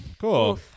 Cool